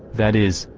that is,